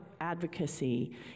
advocacy